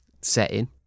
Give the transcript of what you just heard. setting